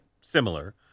similar